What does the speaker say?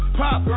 pop